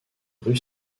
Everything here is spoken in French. rue